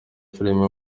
filime